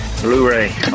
Blu-ray